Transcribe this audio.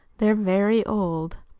they're very old,